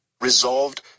resolved